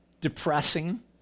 depressing